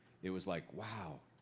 it was like, wow!